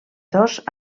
dos